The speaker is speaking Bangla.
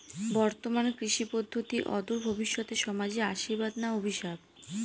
বর্তমান কৃষি পদ্ধতি অদূর ভবিষ্যতে সমাজে আশীর্বাদ না অভিশাপ?